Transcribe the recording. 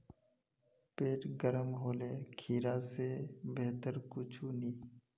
पेट गर्म होले खीरा स बेहतर कुछू नी